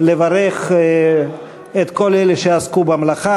התשע"ד 2013,